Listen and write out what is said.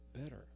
better